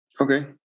Okay